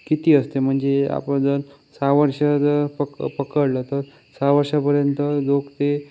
किती असते म्हणजे अगोदर सहा वर्ष जर पक पकडलं तर सहा वर्षापर्यंत लोक ते